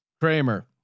Kramer